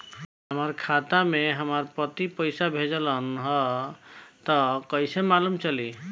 हमरा खाता में हमर पति पइसा भेजल न ह त कइसे मालूम चलि?